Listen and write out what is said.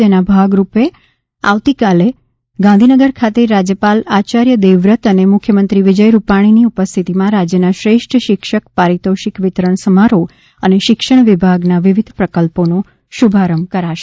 જેના ભાગરૂપે આ પાંચમી સપ્ટેમ્બરે આવતીકાલે ગાંધીનગર ખાતે રાજ્યપાલ આચાર્ય દેવવ્રત અને મુખ્યમંત્રી વિજય રૂપાણીની ઉપસ્થિતિમાં રાજ્યના શ્રેષ્ઠ શિક્ષક પારિતોષિક વિતરણ સમારોહ અને શિક્ષણ વિભાગના વિવિધ પ્રકલ્પોનો શુભારંભ કરાશે